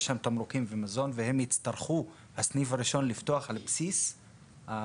יש שם תמרוקים ומזון והם יצטרכו את הסניף הראשון לפתוח על בסיס הרגולציה